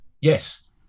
yes